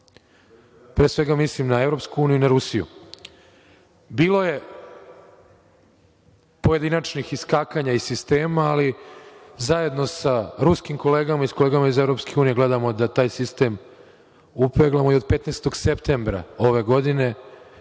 Pre svega, mislim na EU i na Rusiju. Bilo je pojedinačnih iskakanja iz sistema, ali zajedno sa ruskim kolegama i sa kolegama iz EU gledamo da taj sistem upeglamo, i od 15. septembra ove godine,